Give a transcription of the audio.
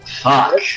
Fuck